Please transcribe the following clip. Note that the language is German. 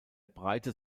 breite